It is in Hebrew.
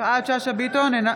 אינה